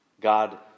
God